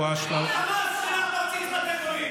מי מפציץ בתי חולים,